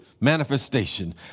manifestation